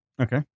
Okay